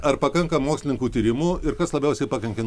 ar pakanka mokslininkų tyrimų ir kas labiausiai pakenkė